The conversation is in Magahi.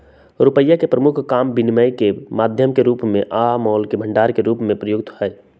रुपइया के प्रमुख काम विनिमय के माध्यम के रूप में आ मोल के भंडार के रूप में उपयोग हइ